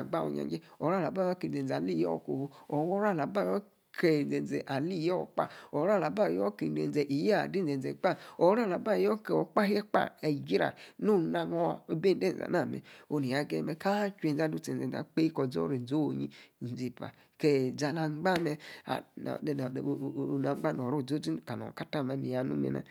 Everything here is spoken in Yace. gbawin jainje, oro alaba quis aka guiya, alaba yoor oro ababa your aki fro alaba ora hzenze aniyo kofu, your Kinzeze aniyo kpa, alaba your ki 'nzenze alayiyoor kpa, ore alaba yoor akinzeza Your adin zeze kpa, Koor kpahe kpa oro jira celab your nonu na ngor ibuji endenzana me', onn heyi agaye me, kaa cherenze adu Asi enze taa, kpe koorzoro inze ony, kee ke nzeiepa, ke' nza ngba me’ (uninteligible) onu ha ngba nor zoro kalong neyi anu me’ na.